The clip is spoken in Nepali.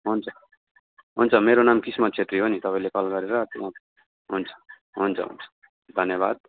हुन्छ हुन्छ मेरो नाम किस्मत छेत्री हो नि तपाईँले कल गरेर हुन्छ हुन्छ हुन्छ धन्यवाद